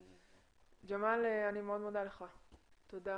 ג'מאל, אני מאוד מודה לך, תודה.